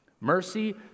Mercy